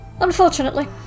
Unfortunately